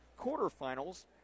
quarterfinals